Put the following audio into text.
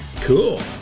Cool